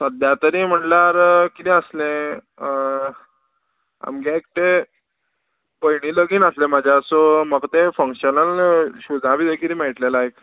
सद्या तरी म्हणल्यार किदें आसलें आमगे एक ते भयणी लगीन आसलें म्हाज्या सो म्हाका ते फंक्शनल शुजा बी ते किदें मेळटलें लायक